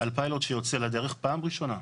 על פיילוט שיוצא לדרך פעם ראשונה,